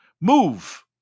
Move